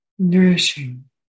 nourishing